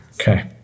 Okay